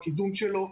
הקידום שלו.